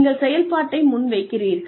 நீங்கள் செயல்பாட்டை முன்வைக்கிறீர்கள்